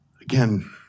Again